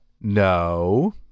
No